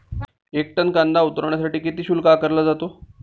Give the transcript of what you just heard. एक टन कांदा उतरवण्यासाठी किती शुल्क आकारला जातो?